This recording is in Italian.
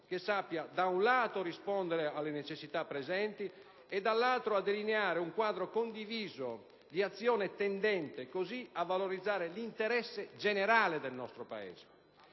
che sappia, da un lato, rispondere alle necessità presenti e, dall'altro, delineare un quadro condiviso di azione tendente così a valorizzare l'interesse generale del nostro Paese.